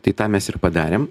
tai tą mes ir padarėm